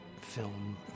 film